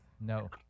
No